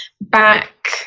back